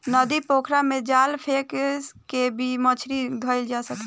नदी, पोखरा में जाल फेक के भी मछली धइल जा सकता